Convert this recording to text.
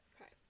okay